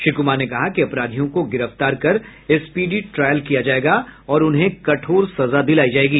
श्री कुमार ने कहा कि अपराधियों को गिरफ्तार कर स्पीडी ट्रायल किया जायेगा और उन्हें कठोर सजा दिलायी जायेगी